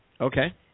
Okay